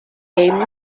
game